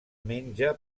menja